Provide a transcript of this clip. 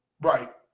Right